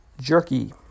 jerky